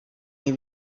nie